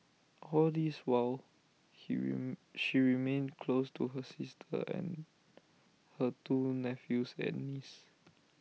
all this while he re she remained close to her sister and her two nephews and niece